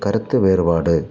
கருத்து வேறுபாடு